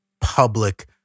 public